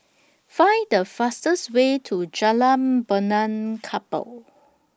Find The fastest Way to Jalan Benaan Kapal